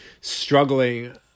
struggling